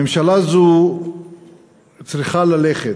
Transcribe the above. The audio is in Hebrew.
ממשלה זו צריכה ללכת,